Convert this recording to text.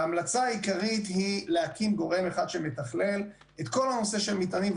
וההמלצה העיקרית היא להקים גורם אחד שמתכלל את כל הנושא של המטענים.